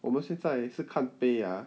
我们现在是看 pay ah